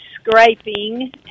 scraping